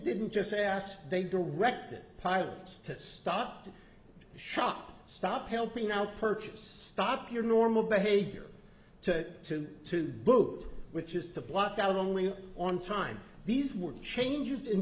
didn't just ask they directed pilots to stop to shop stop helping out purchase stop your normal behavior to tend to book which is to block out only on time these were changes in